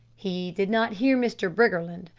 he did not hear mr. briggerland,